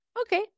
Okay